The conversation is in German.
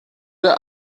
der